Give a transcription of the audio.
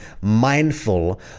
mindful